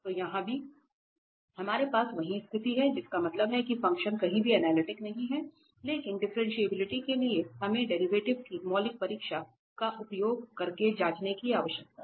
तो यहाँ भी हमारे पास वही स्थिति है जिसका मतलब है कि फंक्शन कहीं भी अनलिटिक नहीं है लेकिन डिफ्रेंटिएबिलिटी के लिए हमें डेरिवेटिव की मौलिक परिभाषा का उपयोग करके जाँचने की आवश्यकता है